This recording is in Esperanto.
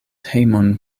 hejmon